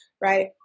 right